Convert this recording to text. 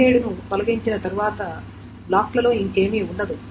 17 ను తొలగించిన తర్వాత బ్లాక్లలో ఇంకేమీ ఉండదు